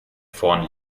vorn